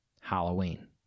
Halloween